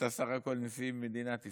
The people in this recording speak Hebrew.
אתה בסך הכול נשיא מדינת ישראל,